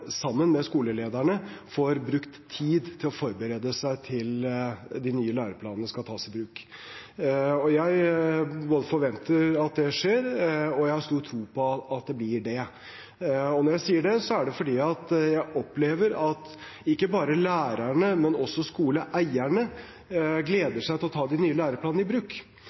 sammen med skolelederne, får brukt tid til å forberede seg til de nye læreplanene skal tas i bruk. Jeg både forventer at det skjer, og har stor tro på at det skjer. Når jeg sier det, er det fordi jeg opplever at ikke bare lærerne, men også skoleeierne gleder seg til å ta de nye læreplanene i bruk.